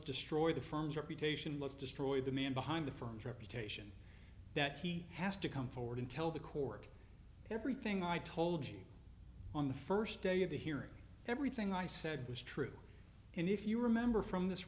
destroy the firm's reputation let's destroy the man behind the firm's reputation that he has to come forward and tell the court everything i told you on the first day of the hearing everything i said was true and if you remember from this